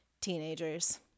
teenagers